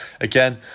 again